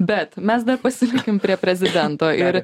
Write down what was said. bet mes dar pasilikim prie prezidento ir